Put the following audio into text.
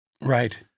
Right